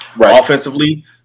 offensively